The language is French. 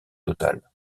total